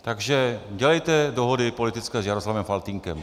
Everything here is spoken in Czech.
Takže dělejte dohody politické s Jaroslavem Faltýnkem.